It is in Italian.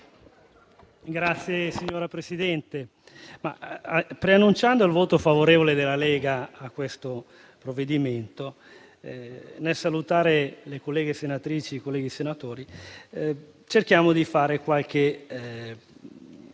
Signora Presidente, preannunciando il voto favorevole della Lega a questo provvedimento, nel salutare le colleghe senatrici e i colleghi senatori, inviterei a cercare di fare qualche